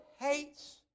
hates